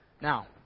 Now